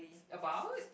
about